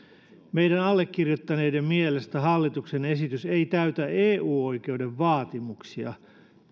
meidän allekirjoittaneiden mielestä hallituksen esitys ei täytä eu oikeuden vaatimuksia